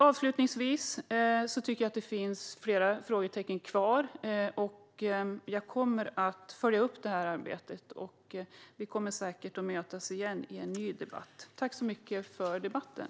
Avslutningsvis tycker jag att det finns flera frågetecken kvar. Jag kommer att följa upp det här arbetet, och vi kommer säkert att mötas igen i en ny debatt. Tack så mycket för debatten!